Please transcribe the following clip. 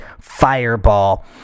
fireball